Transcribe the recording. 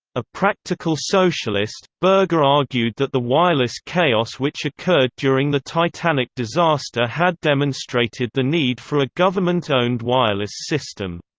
a practical socialist, berger argued that the wireless chaos which occurred during the titanic disaster had demonstrated the need for a government-owned wireless system.